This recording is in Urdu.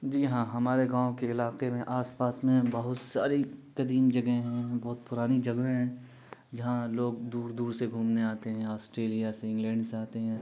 جی ہاں ہمارے گاؤں کے علاقے میں آس پاس میں بہت ساری قدیم جگہیں ہیں بہت پرانی جگہیں ہیں جہاں لوگ دور دور سے گھومنے آتے ہیں آسٹریلیا سے انگلینڈ سے آتے ہیں